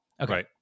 Okay